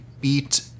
beat